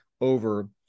over